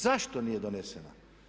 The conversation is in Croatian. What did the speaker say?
Zašto nije donesena?